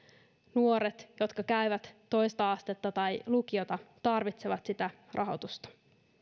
nuoret käyvät toista astetta tai lukiota ja tarvitsevat sitä rahoitusta